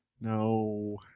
no